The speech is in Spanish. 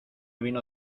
vino